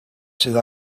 sydd